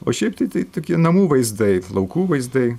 o šiaip tai tai tokie namų vaizdai laukų vaizdai